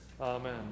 Amen